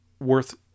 worth